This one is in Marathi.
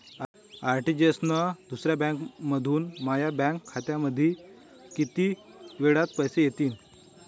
आर.टी.जी.एस न दुसऱ्या बँकेमंधून माया बँक खात्यामंधी कितीक वेळातं पैसे येतीनं?